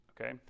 okay